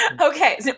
Okay